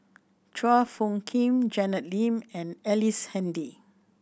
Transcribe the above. Chua Phung Kim Janet Lim and Ellice Handy